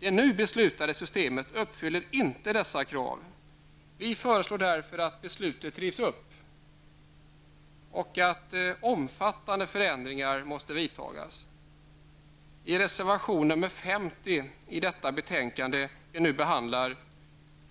Det nu beslutade systemet uppfyller inte dessa krav. Vi föreslår därför att beslutet rivs upp och att omfattande förändringar vidtas. I reservation nr 50 till det betänkande vi nu behandlar